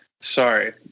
sorry